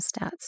stats